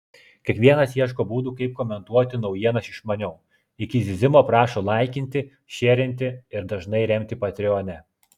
kiekvienas ieško būdų kaip komentuoti naujienas išmaniau iki zyzimo prašo laikinti šierinti ir dažnai remti patreone